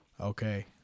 okay